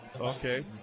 okay